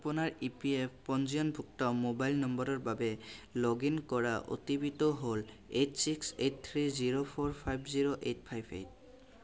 আপোনাৰ E P F পঞ্জীয়নভুক্ত mobile নম্বৰৰ বাবে লগ ইন কৰা অ'টিপিটো হ'ল eight six eight three zero four five zero eight five eight